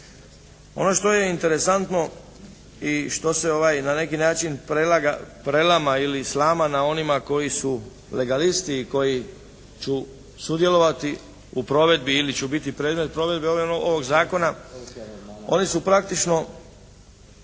Ono što je interesantno i što se na neki način prelama ili slama na onima koji su legalisti i koji će sudjelovati ili će biti predmet provedbe ovog zakona, oni su praktično,